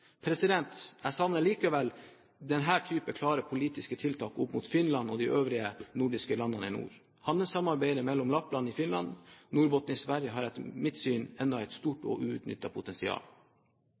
Jeg savner likevel denne type klare politiske tiltak opp mot Finland og de øvrige nordiske landene i nord. Handelssamarbeidet mellom Lappland i Finland og Norrbotten i Sverige har etter mitt syn ennå et stort